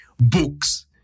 books